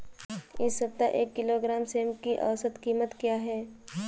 इस सप्ताह एक किलोग्राम सेम की औसत कीमत क्या है?